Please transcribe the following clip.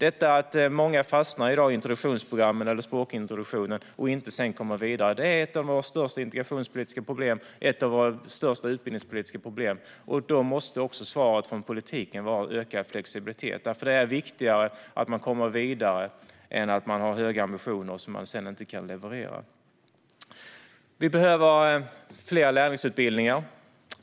Att många i dag fastnar i introduktionsprogrammen eller i språkintroduktionen och sedan inte kommer vidare är ett våra största integrationspolitiska problem och ett av våra största utbildningspolitiska problem. Svaret från politiken måste vara ökad flexibilitet. Det är viktigare att man kommer vidare än att man har höga ambitioner som man sedan inte kan leva upp till. Vi behöver fler lärlingsutbildningar.